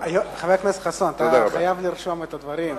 חבר הכנסת חסון, אתה חייב לרשום את הדברים.